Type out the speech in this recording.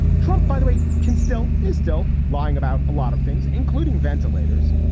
trump, by the way, can still is still lying about a lot of things, including ventilators.